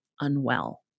unwell